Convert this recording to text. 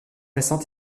récente